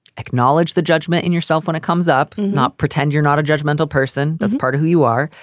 acknowledge the judgement in yourself when it comes up. not pretend you're not a judgmental person. that's part of who you are.